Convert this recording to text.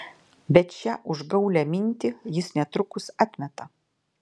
bet šią užgaulią mintį jis netrukus atmeta